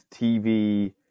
TV